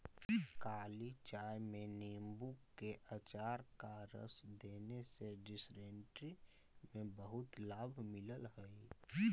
काली चाय में नींबू के अचार का रस देने से डिसेंट्री में बहुत लाभ मिलल हई